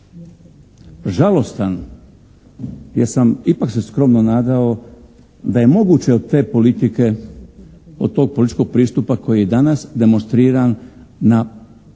Žalostan, jer sam ipak skromno se nadao da je moguće od te politike, od tog političkog pristupa koji je danas demonstriran na pitanju